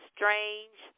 Strange